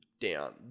down